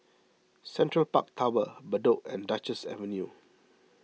Central Park Tower Bedok and Duchess Avenue